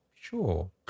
sure